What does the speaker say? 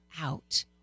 out